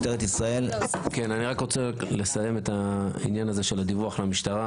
אני רק רוצה לסיים את העניין של הדיווח למשטרה.